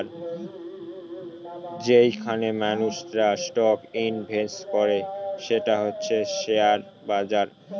যেইখানে মানুষেরা stock invest করে সেটা হচ্ছে শেয়ার বাজার